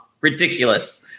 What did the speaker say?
ridiculous